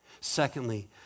Secondly